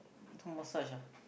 do massage ah